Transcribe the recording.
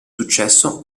successo